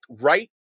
right